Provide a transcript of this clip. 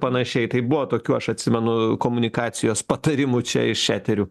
panašiai tai buvo tokių aš atsimenu komunikacijos patarimų čia iš eterių